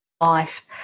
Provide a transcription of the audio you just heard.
life